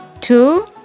two